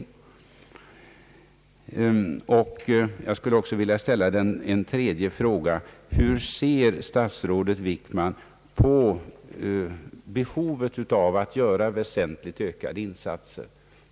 Jag vill också ställa en tredje fråga: Hur ser statsrådet Wickman på behovet av att göra väsentligt ökade insatser?